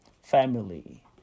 family